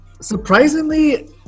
Surprisingly